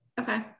Okay